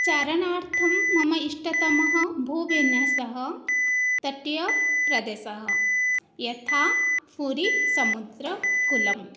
चरणार्थं मम इष्टतमः भूविन्यासः तट्य प्रदेशः यथा पुरि समुद्रकुलं